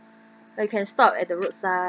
like can stop at the roadside